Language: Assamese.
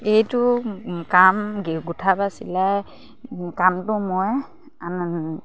এইটো কাম গোঁঠা বা চিলাই কামটো মই